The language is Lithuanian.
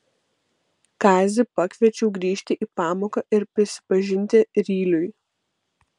kazį pakviečiau grįžti į pamoką ir prisipažinti ryliui